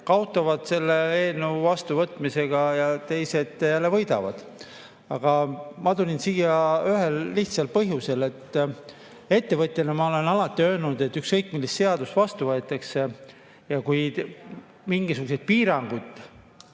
kaotavad selle eelnõu vastuvõtmisega ja teised jälle võidavad. Aga ma tulin siia ühel lihtsal põhjusel. Ettevõtjana ma olen alati öelnud, et ükskõik millist seadust vastu võetakse, kui sellega tekivad mingisugused piirangud